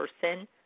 person